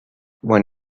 when